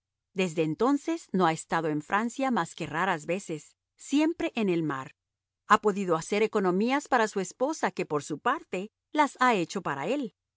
desde entonces no ha estado en francia más que raras veces siempre en el mar ha podido hacer economías para su esposa que por su parte las ha hecho para él